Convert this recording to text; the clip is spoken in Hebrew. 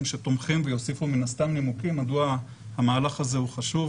שתומכים ויוסיפו מן הסתם נימוקים מדוע המהלך הזה הוא חשוב,